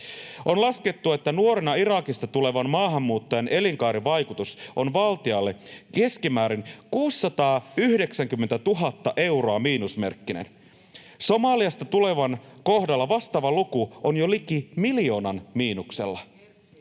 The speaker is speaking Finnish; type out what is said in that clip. On laskettu, että nuorena Irakista tulevan maahanmuuttajan elinkaarivaikutus on valtiolle keskimäärin 690 000 euroa miinusmerkkinen. Somaliasta tulevan kohdalla vastaava luku on jo liki miljoonan miinuksella.